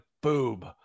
boob